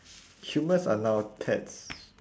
humans are now pets